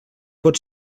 pot